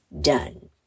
done